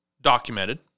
documented